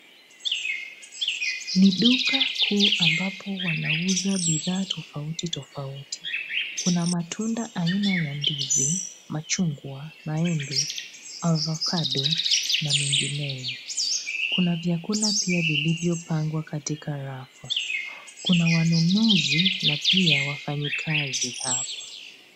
Ni duka kuu ambapo wanauza bidhaa tofauti tofauti. Kuna matunda aina ya ndizi, machungwa, maembe, avacando na mengineo. Kuna vyakula vilivyopangwa katika rafu. Kuna wanunuzi na wafanyakazi.